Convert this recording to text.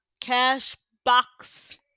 Cashbox